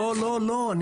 לא, לא, לא.